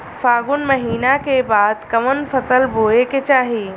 फागुन महीना के बाद कवन फसल बोए के चाही?